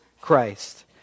Christ